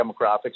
demographics